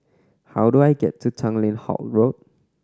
how do I get to Tanglin Halt Road